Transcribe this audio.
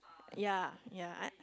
ya ya I